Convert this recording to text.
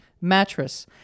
mattress